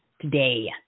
today